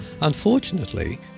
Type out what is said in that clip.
Unfortunately